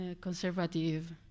conservative